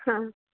ह